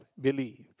believed